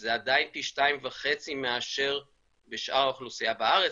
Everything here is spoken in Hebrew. שזה עדיין פי שניים וחצי מאשר בשאר האוכלוסייה בארץ,